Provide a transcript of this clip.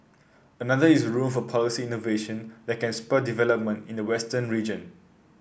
another is room for policy innovation that can spur development in the western region